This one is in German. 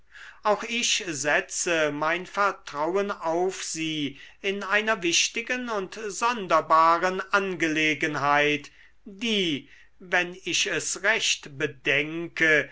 auch ich setze mein vertrauen auf sie in einer wichtigen und sonderbaren angelegenheit die wenn ich es recht bedenke